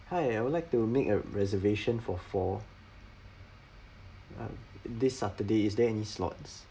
hi I would like to make a reservation for four uh this saturday is there any slots